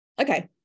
Okay